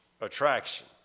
attraction